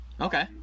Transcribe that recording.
okay